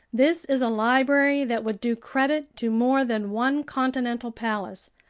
this is a library that would do credit to more than one continental palace,